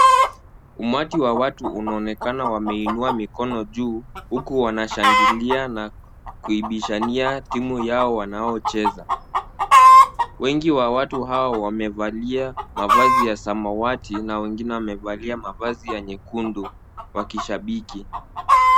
Umati wa watu unaonekana wameinua mikono juu huku wanashangilia na kuibishania timu yao wanaocheza. Wengi wa watu hao wamevalia mavazi ya samawati na wengine wamevalia mavazi ya nyekundu wakishabiki.